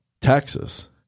Texas